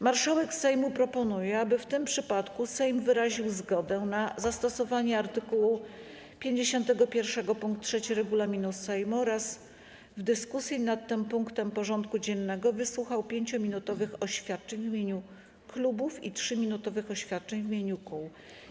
Marszałek Sejmu proponuje, aby w tym przypadku Sejm wyraził zgodę na zastosowanie art. 51 pkt 3 regulaminu Sejmu oraz w dyskusji nad tym punktem porządku dziennego wysłuchał 5-minutowych oświadczeń w imieniu klubów i 3-minutowych oświadczeń w imieniu kół.